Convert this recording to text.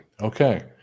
Okay